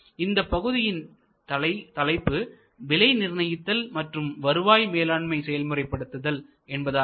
இந்தப் பகுதியின் தலைப்பு விலை நிர்ணயித்தல் மற்றும் வருவாய் மேலாண்மை செயல்முறைப்படுத்துதல் என்பதாகும்